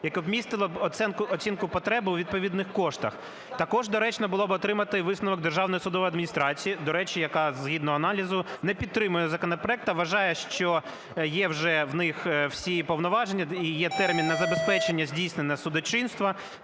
яке б містило оцінку потреби у відповідних коштах. Також доречно було б отримати висновок Державної судової адміністрації, до речі, яка згідно аналізу не підтримує законопроект, а вважає, що є вже в них всі повноваження і є термін на забезпечення здійснення судочинства